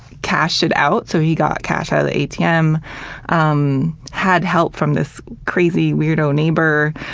cashed it out so he got cash out of the atm um had help from this crazy, weirdo neighbor